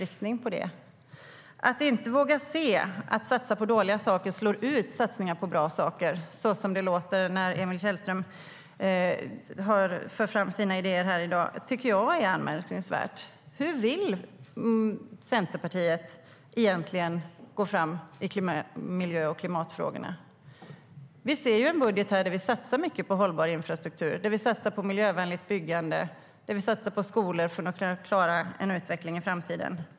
Jag tycker att det är anmärkningsvärt att man inte vågar se att satsningar på dåliga saker slår ut satsningar på bra saker, som det låter när Emil Källström för fram sina idéer här i dag. Hur vill Centerpartiet egentligen gå fram i miljö och klimatfrågorna? Vi ser en budget här där vi satsar mycket på hållbar infrastruktur, där vi satsar på miljövänligt byggande och där vi satsar på skolor för att kunna klara en utveckling i framtiden.